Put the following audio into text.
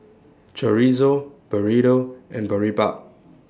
Chorizo Burrito and Boribap